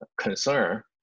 concern